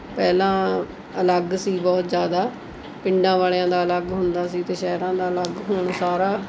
ਪਹਿਲਾਂ ਅਲੱਗ ਸੀ ਬਹੁਤ ਜ਼ਿਆਦਾ ਪਿੰਡਾਂ ਵਾਲਿਆਂ ਦਾ ਅਲੱਗ ਹੁੰਦਾ ਸੀ ਅਤੇ ਸ਼ਹਿਰਾਂ ਦਾ ਅਲੱਗ ਹੁਣ ਸਾਰਾ